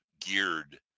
geared